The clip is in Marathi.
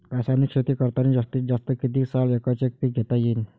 रासायनिक शेती करतांनी जास्तीत जास्त कितीक साल एकच एक पीक घेता येईन?